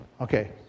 Okay